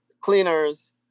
cleaners